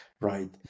right